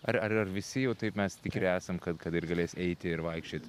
ar ar ar visi jau taip mes tikri esam kad kad ir galės eiti ir vaikščiot